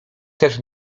też